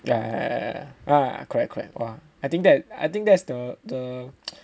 ya ya ya ya !wah! correct correct !wah! I think that I think that's the the